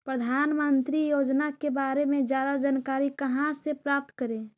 प्रधानमंत्री योजना के बारे में जादा जानकारी कहा से प्राप्त करे?